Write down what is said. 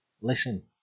Listen